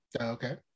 Okay